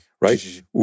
right